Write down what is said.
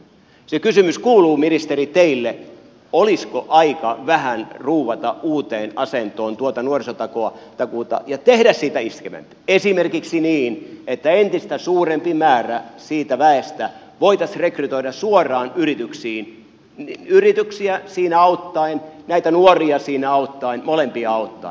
se kysymys kuuluu ministeri teille olisiko aika vähän ruuvata uuteen asentoon tuota nuorisotakuuta ja tehdä siitä iskevämpi esimerkiksi niin että entistä suurempi määrä siitä väestä voitaisiin rekrytoida suoraan yrityksiin niitä siinä auttaen näitä nuoria siinä auttaen molempia auttaen